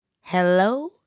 Hello